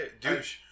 douche